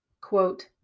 quote